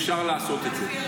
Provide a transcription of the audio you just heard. אפשר לעשות את זה.